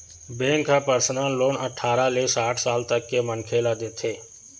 bank ह personal loan अठारह ले साठ साल तक के मनखे ल देथे